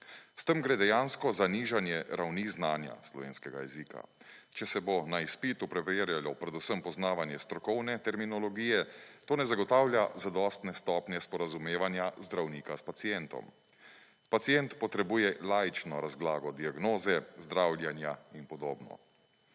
S tem gre dejansko za nižanje ravni znanja slovenskega jezika. Če se bo na izpitu preverjalo predvsem poznavanje strokovne terminologije, to ne zagotavlja zadostne stopnje sporazumevanja zdravnika s pacientom. Pacient potrebuje laično razlago diagnoze, zdravljenja in podobno.